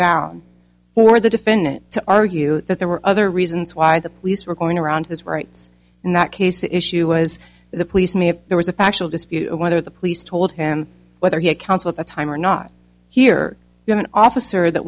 for the defendant to argue that there were other reasons why the police were going around his rights in that case the issue was the police may have there was a factual dispute whether the police told him whether he accounts with the time or not here you have an officer that